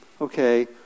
okay